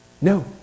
No